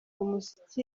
umuziki